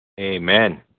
Amen